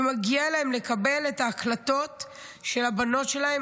ומגיע להם לקבל את ההקלטות של הבנות שלהם